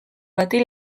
bati